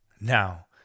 Now